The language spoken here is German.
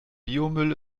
biomüll